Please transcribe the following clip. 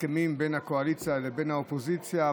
בהסכמים בין הקואליציה לבין האופוזיציה,